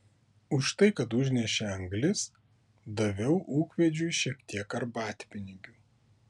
už tai kad užnešė anglis daviau ūkvedžiui šiek tiek arbatpinigių